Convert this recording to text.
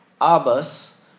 Abbas